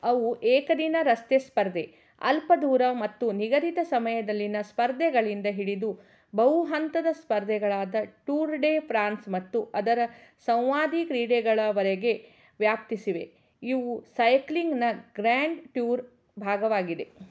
ಅವು ಏಕದಿನ ರಸ್ತೆ ಸ್ಪರ್ಧೆ ಅಲ್ಪದೂರ ಮತ್ತು ನಿಗದಿತ ಸಮಯದಲ್ಲಿನ ಸ್ಪರ್ಧೆಗಳಿಂದ ಹಿಡಿದು ಬಹುಹಂತದ ಸ್ಪರ್ಧೆಗಳಾದ ಟೂರ್ ಡೆ ಫ್ರಾನ್ಸ್ ಮತ್ತು ಅದರ ಸಂವಾದಿ ಕ್ರೀಡೆಗಳವರೆಗೆ ವ್ಯಾಪಿಸಿವೆ ಇವು ಸೈಕ್ಲಿಂಗ್ನ ಗ್ರ್ಯಾಂಡ್ ಟೂರ್ ಭಾಗವಾಗಿದೆ